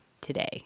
today